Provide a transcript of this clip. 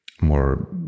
more